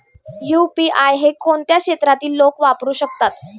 UPI हे कोणत्या क्षेत्रातील लोक वापरू शकतात?